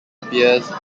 appears